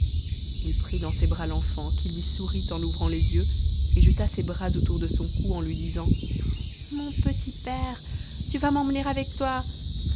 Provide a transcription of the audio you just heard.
il prit dans ses bras l'enfant qui lui sourit en ouvrant les yeux et jeta ses bras autour de son cou en lui disant mon petit père tu vas m'emmener avec toi